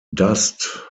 dust